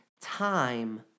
time